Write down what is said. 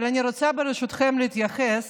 אבל אני רוצה, ברשותכם, להתייחס